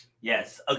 Yes